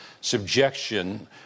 subjection